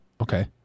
Okay